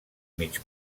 mig